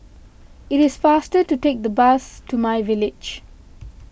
it is faster to take the bus to myVillage